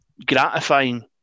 gratifying